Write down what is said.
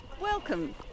Welcome